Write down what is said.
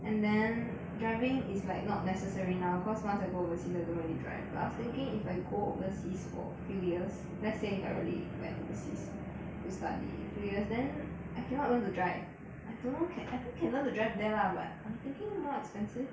and then driving is like not necessary now cause once I go overseas I don't really drive but I was thinking if I go overseas for a few years let's say if I really went overseas to study a few years then I cannot learn to drive I don't know can I think can learn to drive there lah but I'm thinking more expensive